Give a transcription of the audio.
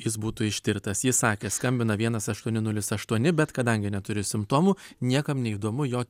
jis būtų ištirtas jis sakė skambina vienas aštuoni nulis aštuoni bet kadangi neturi simptomų niekam neįdomu jo